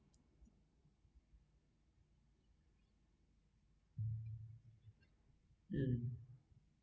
um